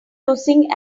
using